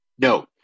No